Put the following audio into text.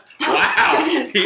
Wow